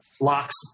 locks